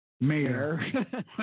Mayor